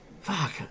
Fuck